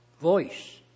voice